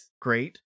great